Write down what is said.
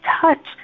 touch